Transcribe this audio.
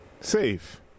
safe